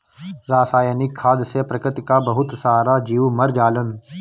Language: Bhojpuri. रासायनिक खाद से प्रकृति कअ बहुत सारा जीव मर जालन